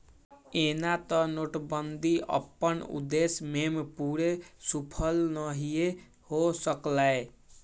एना तऽ नोटबन्दि अप्पन उद्देश्य में पूरे सूफल नहीए हो सकलै